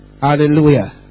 Hallelujah